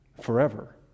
forever